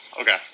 Okay